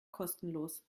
kostenlos